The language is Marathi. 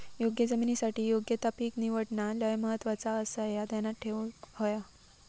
योग्य जमिनीसाठी योग्य ता पीक निवडणा लय महत्वाचा आसाह्या ध्यानात ठेवूक हव्या